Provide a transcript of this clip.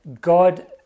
God